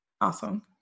Awesome